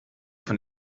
von